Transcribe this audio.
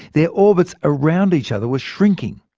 their orbits around each other were shrinking.